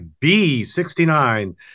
B69